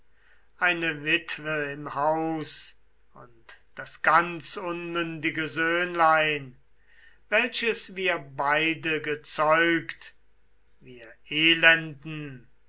du hier im palast und das ganz unmündige söhnlein welches wir beide gezeugt wir elenden